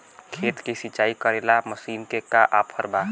खेत के सिंचाई करेला मशीन के का ऑफर बा?